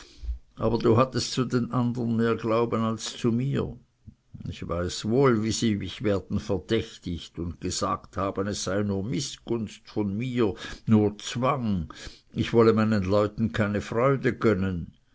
aber du hattest zu den andern mehr glauben als zu mir ich weiß wohl wie sie mich werden verdächtigt und gesagt haben es sei nur mißgunst von mir nur zwang ich wolle meinen leuten keine freude gönnen